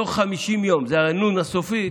תוך 50 יום, זאת הנו"ן הסופית,